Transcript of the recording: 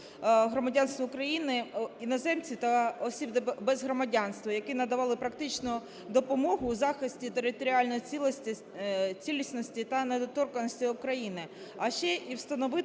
громадянства України іноземців та осіб без громадянства, які надавали практичну допомогу у захисті територіальної цілісності та недоторканності України, а ще і встановити